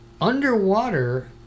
underwater